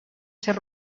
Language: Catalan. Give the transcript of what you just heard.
ser